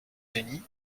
unis